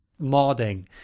modding